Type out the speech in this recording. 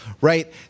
right